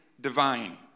divine